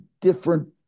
different